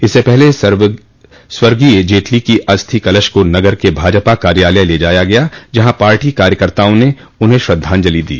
इससे पहले स्वर्गीय जेटली की अस्थि कलश को नगर के भाजपा कार्यालय ले जाया गया जहां पार्टी कार्यकर्ताओं ने उन्हें श्रद्धांजलि दी